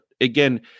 again